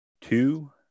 two